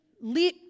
leave